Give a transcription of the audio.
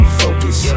focus